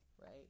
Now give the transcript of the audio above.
right